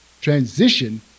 transition